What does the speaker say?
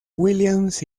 williams